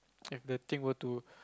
if the thing were to